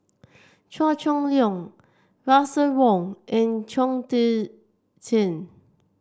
Chua Chong Long Russel Wong and Chong Tze Chien